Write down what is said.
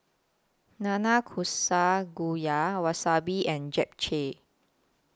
Nanakusa Gayu Wasabi and Japchae